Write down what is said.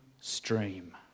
stream